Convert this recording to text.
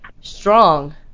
strong